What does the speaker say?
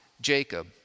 Jacob